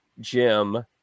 Jim